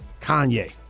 Kanye